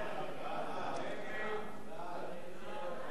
ההצעה להסיר